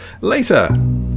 later